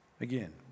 again